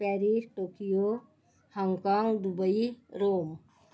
Paris Tokyo Hong Kong Dubai Rome